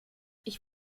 ich